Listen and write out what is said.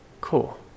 Cool